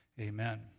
Amen